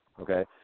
okay